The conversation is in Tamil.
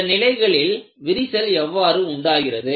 இந்த நிலைகளில் எவ்வாறு விரிசல் உண்டாகிறது